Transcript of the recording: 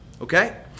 Okay